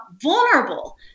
vulnerable